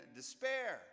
despair